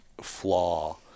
flaw